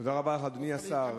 תודה רבה לך, אדוני השר.